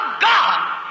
God